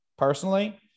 personally